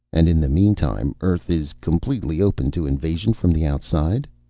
and in the meantime, earth is completely open to invasion from the outside?